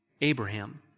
Abraham